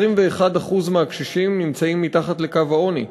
21% מהקשישים נמצאים מתחת לקו העוני,